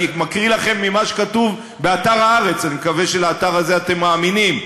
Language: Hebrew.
אני מקריא לכם ממה שכתוב באתר "הארץ"; אני מקווה שלאתר הזה אתם מאמינים.